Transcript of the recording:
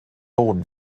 boden